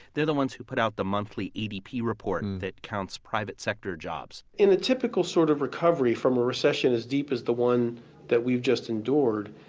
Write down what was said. they're the ones who put out the monthly adp report and that counts private-sector jobs in a typical sort of recovery from a recession as deep as the one that we've just endured,